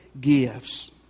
gifts